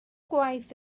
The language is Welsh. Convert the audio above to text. gwaith